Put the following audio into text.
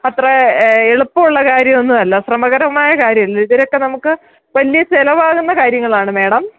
അത്ര എളുപ്പമുള്ള കാര്യമൊന്നും അല്ല ശ്രമകരമായ കാര്യമല്ലേ ഇതിനൊക്കെ നമുക്ക് വലിയ ചിലവ് ആകുന്ന കാര്യങ്ങളാണ് മാഡം